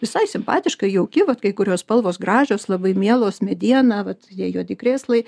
visai simpatiška jauki va kai kurios spalvos gražios labai mielos mediena vat tie juodi krėslai